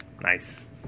Nice